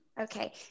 Okay